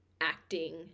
acting